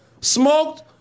smoked